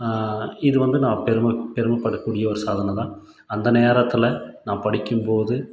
இது வந்து நான் பெருமை பெருமைப்படக்கூடிய ஒரு சாதனை தான் அந்த நேரத்தில் நான் படிக்கும்போது